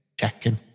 checking